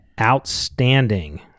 Outstanding